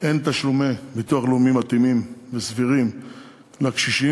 אין תשלומי ביטוח לאומי מתאימים וסבירים לקשישים,